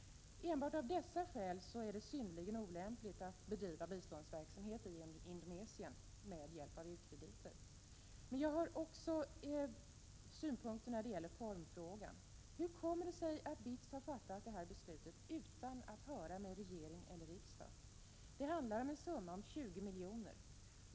Enbart av dessa skäl är det synnerligen olämpligt att bedriva biståndsverksamhet i Indonesien med hjälp av u-krediter. Men jag har också synpunkter när det gäller formfrågan. Hur kommer det sig att BITS har fattat det här beslutet utan att höra med regering eller riksdag? Det handlar om en summa på 20 miljoner.